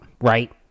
right